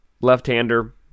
left-hander